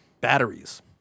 Batteries